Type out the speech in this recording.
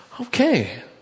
okay